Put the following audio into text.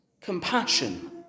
compassion